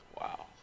Wow